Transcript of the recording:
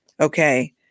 okay